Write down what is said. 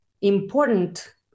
important